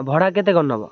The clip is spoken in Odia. ଭଡ଼ା କେତେ କ'ଣ ନେବ